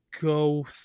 go